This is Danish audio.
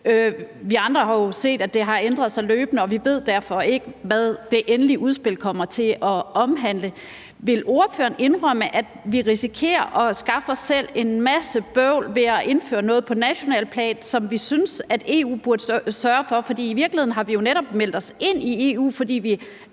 Vi andre har jo set, at det har ændret sig løbende, og vi ved derfor ikke, hvad det endelige udspil kommer til at omhandle. Vil ordføreren indrømme, at vi risikerer at skaffe os selv en masse bøvl ved at indføre noget på nationalt plan, som vi synes EU burde sørge for? I virkeligheden har vi jo netop meldt os ind i EU, fordi vi